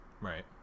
right